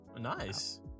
Nice